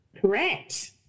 Correct